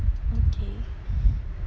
okay